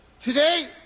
Today